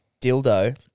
dildo